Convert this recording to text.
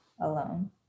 alone